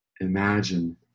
Imagine